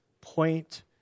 point